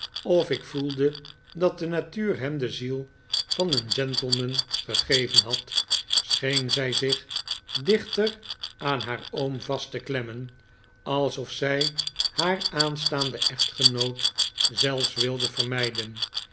of ik voelde dat de natuur hem de ziel van een gentleman gegeven had scheen zij zich dichter aan haar oom vast te klemmen alsof zij haar aanstaanden echtgenoot zelfs wilde vermijden